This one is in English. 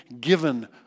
given